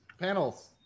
Panels